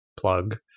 plug